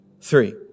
three